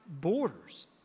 borders